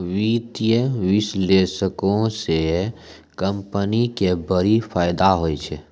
वित्तीय विश्लेषको से कंपनी के बड़ी फायदा होय छै